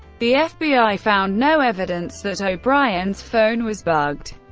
the fbi found no evidence that o'brien's phone was bugged.